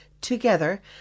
together